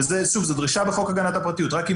זו דרישה בחוק הגנת הפרטיות ורק אם